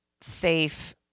safe